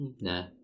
nah